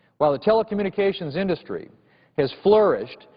while the telecommunications industry has flourished,